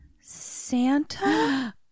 Santa